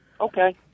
Okay